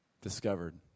discovered